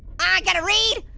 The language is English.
i gotta read?